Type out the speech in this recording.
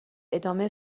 ادامه